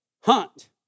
hunt